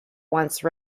once